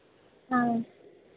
हाँ